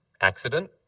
Accident